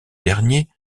dernier